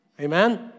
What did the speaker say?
Amen